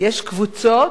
יש קבוצות,